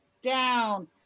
down